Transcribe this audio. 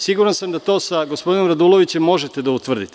Siguran sam da to sa gospodinom Radulovićem možete da utvrdite.